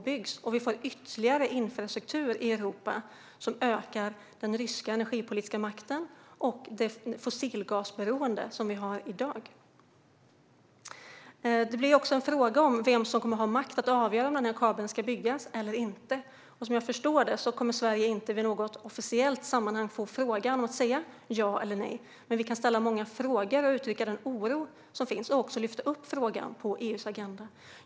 Det skulle ge oss ytterligare infrastruktur i Europa som ökar den ryska energipolitiska makten och det fossilgasberoende som vi har i dag. Det blir också en fråga om vem som kommer att ha makt att avgöra om den här kabeln ska byggas eller inte. Som jag förstår det kommer Sverige inte i något officiellt sammanhang att få en fråga att svara ja eller nej på. Vi kan dock ställa många frågor och uttrycka den oro som finns samt lyfta upp frågan på EU:s agenda.